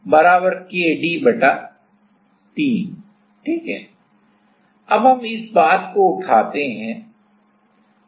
बराबर Kd बटा 3 ठीक है अब हम इस बात को उठाते हैं